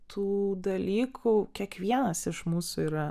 tų dalykų kiekvienas iš mūsų yra